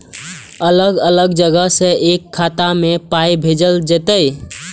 अलग अलग जगह से एक खाता मे पाय भैजल जेततै?